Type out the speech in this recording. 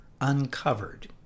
Uncovered